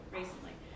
recently